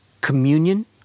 communion